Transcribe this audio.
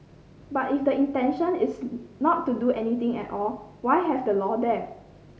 but if the intention is not do anything at all why have the law there